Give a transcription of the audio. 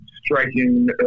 striking